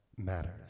Matters